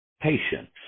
patience